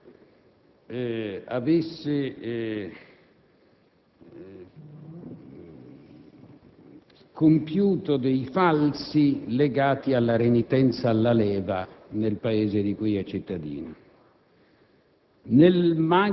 egli avesse compiuto dei falsi legati alla renitenza alla leva nel Paese di cui è cittadino.